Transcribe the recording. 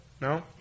No